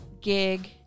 gig